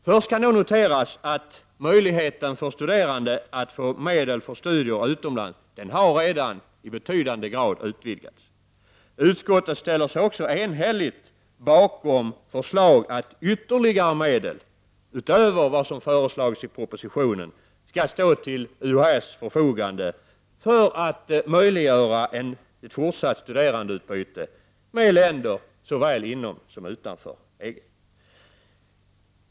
Först kan noteras att möjligheten för studerande att få medel för studier utomlands redan i betydande grad vidgats. Utskottet ställer sig också enhälligt bakom förslag att ytterligare medel, alltså utöver vad som föreslagits i propositionen, skall stå till UHÄ:s förfogande för att möjliggöra ett fortsatt studerandeutbyte med länder såväl inom som utanför EG.